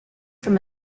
from